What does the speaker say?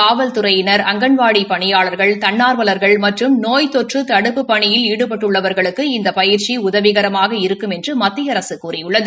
காவல்துறையினா் அங்கன்வாடி பணியாளா்கள் தன்னாா்வலா்கள் மற்றும் நோய் தொற்று தடுப்புப் பணியில் ஈடுபட்டுள்ளவர்களுக்கு இந்த பயிற்சி உதவிகரமாக இருக்கும் என்று மத்திய அரச கூறியுள்ளது